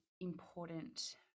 important